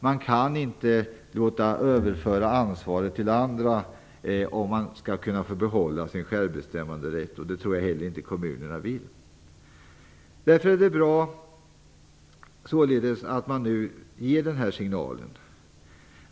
Man kan inte låta överföra ansvaret till andra om man skall kunna behålla sin självbestämmanderätt. Det tror jag inte heller kommunerna vill. Därför är det bra att man nu ger den här signalen.